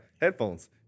headphones